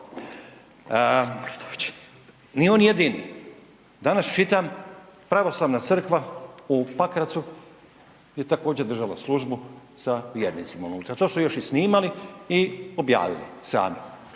Nije on jedini. Danas čitam, pravoslavna crvka u Pakracu je također država službu sa vjernicima unutra, to su još i snimali i objavili sami.